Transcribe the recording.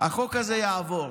החוק הזה יעבור.